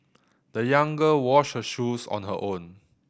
the young girl washed her shoes on her own